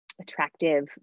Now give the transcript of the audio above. attractive